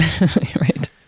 Right